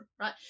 right